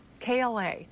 KLA